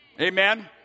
Amen